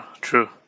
true